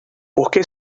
porque